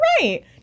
Right